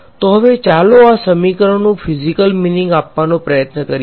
તો હવે ચાલો આ સમીકરણોનું ફીઝીકલ મીનીંગ આપવાનો પ્રયત્ન કરીએ